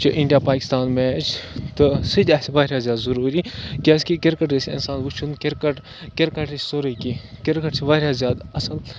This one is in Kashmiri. چھِ اِنٛڈیا پاکِستانُک میچ تہٕ سُہ تہِ آسہِ واریاہ زیادٕ ضٔروٗری کیٛازِکہِ کِرکَٹ گژھِ اِنسان وٕچھُن کِرکَٹ کِرکَٹٕے چھِ سورُے کینٛہہ کِرکَٹ چھِ واریاہ زیادٕ اَصٕل